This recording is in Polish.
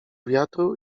wiatru